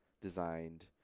designed